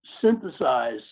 synthesize